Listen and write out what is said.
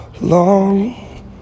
long